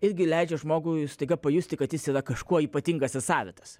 irgi leidžia žmogui staiga pajusti kad jis yra kažkuo ypatingas ir savitas